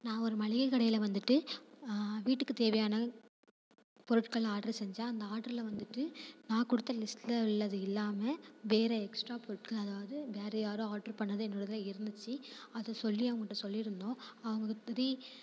நான் ஒரு மளிகை கடையில் வந்துட்டு வீட்டுக்கு தேவையான பொருட்கள் ஆர்டர் செஞ்சேன் அந்த ஆர்டரில் வந்துட்டு நான் கொடுத்த லிஸ்ட்டில் உள்ளது இல்லாமல் வேறு எக்ஸ்ட்ரா பொருட்கள் அதவாது வேறு யாரோ ஆர்டர் பண்ணது என்னோடதில் இருந்திச்சு அதை சொல்லி அவங்கட்ட சொல்லியிருந்தோம் அவங்க ப்ரீ